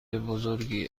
بزرگی